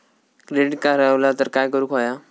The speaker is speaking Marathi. क्रेडिट कार्ड हरवला तर काय करुक होया?